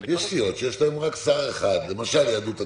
יש סיעות שיש להן רק שר אחד, למשל יהדות התורה.